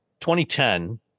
2010